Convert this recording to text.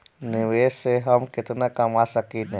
निवेश से हम केतना कमा सकेनी?